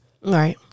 Right